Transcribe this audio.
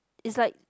it's like